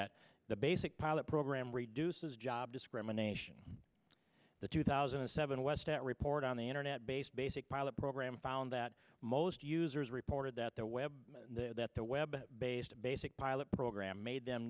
that the basic pilot program reduces job discrimination the two thousand and seven westat report on the internet based basic pilot program found that most users reported that the web that the web based basic pilot program made them